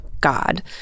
God